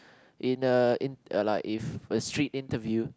in the in ya lah if a strict interview